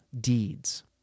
deeds